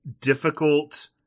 difficult